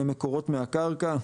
אלה מקורות מהקרקע,